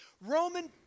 Roman